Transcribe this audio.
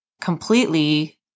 completely